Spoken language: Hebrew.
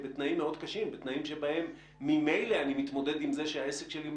קיווינו שהסגר הזה יסתיים